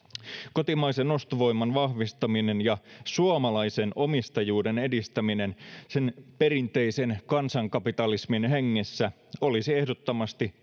kotimaisen ostovoiman vahvistaminen ja suomalaisen omistajuuden edistäminen sen perinteisen kansankapitalismin hengessä olisi ehdottomasti